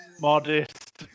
modest